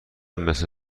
مثل